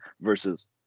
Versus